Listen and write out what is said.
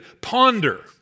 ponder